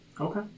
Okay